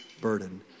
burden